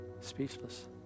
speechless